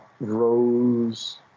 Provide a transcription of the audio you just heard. Rose